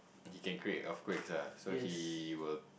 he can create earthquake lah so he will